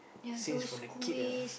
since from the kid ah